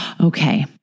Okay